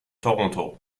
toronto